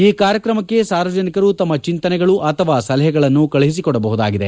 ಈ ಕಾರ್ಯಕ್ರಮಕ್ಕೆ ಸಾರ್ವಜನಿಕರು ತಮ್ಮ ಚಿಂತನೆಗಳು ಅಥವಾ ಸಲಹೆಗಳನ್ನು ಕಳುಹಿಸಿಕೊಡಬಹುದಾಗಿದೆ